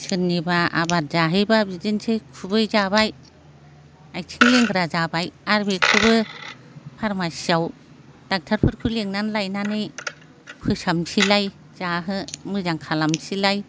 सोरनिबा आबाद जाहैबा बिदिनोसै खुबै जाबाय आथिं लेंग्रा जाबाय आरो बेखौबो फारमासियाव दक्टरफोरखौ लिंनानै लायनानै फोसाबनोसैलाय मोजां खालामनोसैलाय